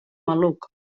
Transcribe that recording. maluc